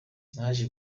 naje